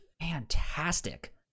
fantastic